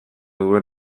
duen